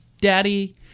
daddy